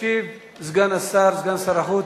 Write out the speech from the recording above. ישיב סגן השר, סגן שר החוץ,